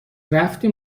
رفتیم